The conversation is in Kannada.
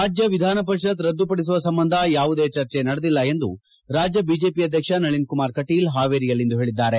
ರಾಜ್ಯ ವಿಧಾನಪರಿಷತ್ ರದ್ದುಪಡಿಸುವ ಸಂಬಂಧ ಯಾವುದೇ ಚರ್ಚೆ ನಡೆದಿಲ್ಲ ಎಂದು ರಾಜ್ಯ ಬಿಜೆಪಿ ಅಧ್ಯಕ್ಷ ನಳನ್ ಕುಮಾರ್ ಕಟೀಲ್ ಹಾವೇರಿಯಲ್ಲಿಂದು ಹೇಳಿದ್ದಾರೆ